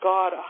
God